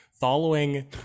following